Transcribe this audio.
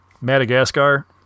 Madagascar